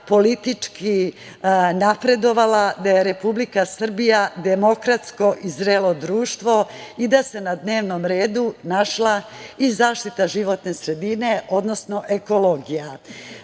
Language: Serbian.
politički napredovala, da je Republika Srbija demokratsko i zrelo društvo i da se na dnevnom redu našla i zaštita životne sredine, odnosno ekologija.